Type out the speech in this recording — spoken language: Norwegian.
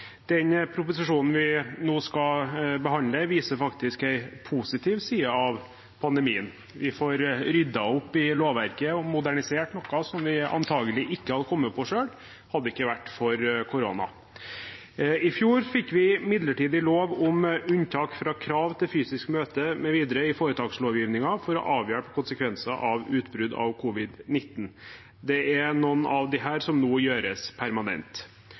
Den proposisjonen vi nå skal behandle, viser en positiv side av pandemien. Vi får ryddet opp i lovverket og modernisert noe som vi antakelig ikke hadde kommet på selv, hadde det ikke vært for korona. I fjor fikk vi en midlertidig lov om unntak fra krav til fysisk møte mv. i foretakslovgivningen for å avhjelpe konsekvenser av utbruddet av covid-19. Det er noen av disse som nå gjøres